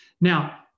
Now